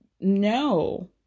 no